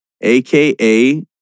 AKA